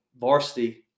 varsity